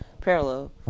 parallel